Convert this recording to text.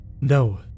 No